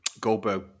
goldberg